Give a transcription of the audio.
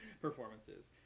Performances